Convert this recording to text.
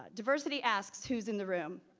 ah diversity asks who's in the room?